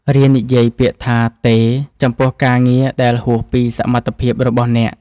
រៀននិយាយពាក្យថា "ទេ" ចំពោះការងារដែលហួសពីសមត្ថភាពរបស់អ្នក។